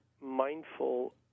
mindful